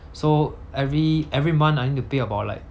so every every month I need to pay about like